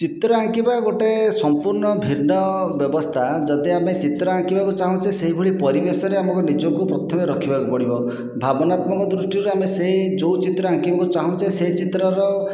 ଚିତ୍ର ଆଙ୍କିବା ଗୋଟିଏ ସମ୍ପୂର୍ଣ ଭିନ୍ନ ବ୍ୟବସ୍ଥା ଯଦି ଆମେ ଚିତ୍ର ଆଙ୍କିବାକୁ ଚାହୁଁଛେ ସେହିଭଳି ପରିବେଶରେ ଆମକୁ ନିଜକୁ ପ୍ରଥମେ ରଖିବାକୁ ପଡ଼ିବ ଭାବନାତ୍ମକ ଦୃଷ୍ଟିରୁ ଆମେ ସେ ଯେଉଁ ଚିତ୍ର ଆଙ୍କିବାକୁ ଚାହୁଁଛେ ସେ ଚିତ୍ରର